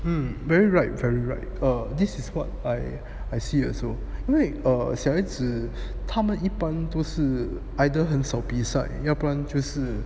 um very right very right err this is what I I see also 因为 err 小孩子他们一般都是 either 很少比赛要不然就是